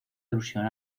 alusión